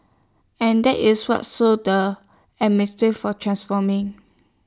and that is what the A mistreat for transforming